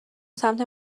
سمت